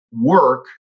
work